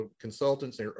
consultants